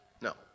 No